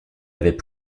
avait